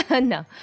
No